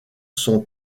sont